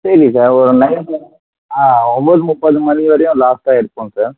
சரி சார் ஒரு ஆ ஒம்பது முப்பது மணி வரையும் லாஸ்ட்டாக இருக்கும் சார்